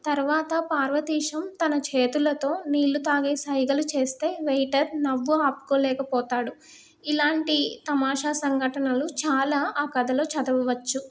తర్వాత పార్వతీశం తన చేతులతో నీళ్లు తాగే సైగలు చేస్తే వెయిటర్ నవ్వు ఆపుకోలేకపోతాడు ఇలాంటి తమాషా సంఘటనలు చాలా ఆ కథలో చదవవచ్చు